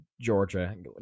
Georgia